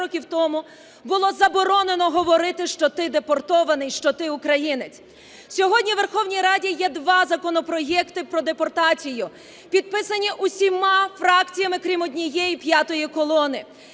років тому було заборонено говорити, що ти депортований, що ти українець. Сьогодні у Верховній Раді є два законопроекти про депортацію, підписані усіма фракціями, крім однієї – "п'ятої колони".